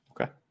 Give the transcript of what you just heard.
Okay